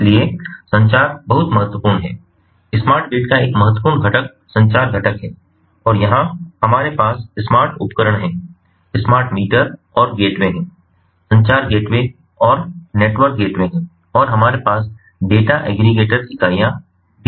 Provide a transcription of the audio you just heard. इसलिए संचार बहुत महत्वपूर्ण है स्मार्ट ग्रिड का एक महत्वपूर्ण घटक संचार घटक है और यहां हमारे पास स्मार्ट उपकरण हैं स्मार्ट मीटर और गेटवे हैं संचार गेटवे और नेटवर्क गेटवे हैं और हमारे पास डेटा एग्रीगेटर इकाइयां हैं